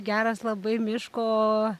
geras labai miško